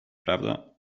prawda